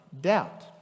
doubt